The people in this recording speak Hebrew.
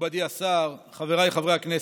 מכובדי השר, חבריי חברי הכנסת.